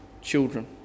children